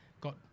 got